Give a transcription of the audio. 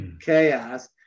Chaos